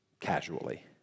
casually